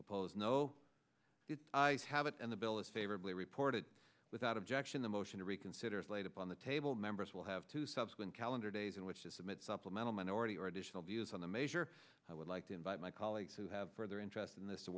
oppose no i have it and the bill is favorably reported without objection the motion to reconsider is laid upon the table members will have two subsequent calendar days in which to submit supplemental minority or additional views on the measure i would like to invite my colleagues who have further interest in this